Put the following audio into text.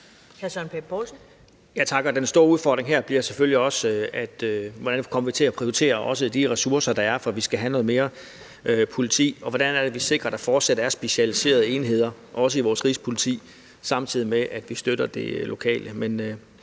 Søren Pape Poulsen (KF): Tak. Den store udfordring her bliver selvfølgelig også, hvordan vi kommer til at prioritere de ressourcer, der er, for vi skal have noget mere politi, og hvordan vi sikrer, at der fortsat er specialiserede enheder, også i Rigspolitiet, samtidig med at vi støtter det lokale.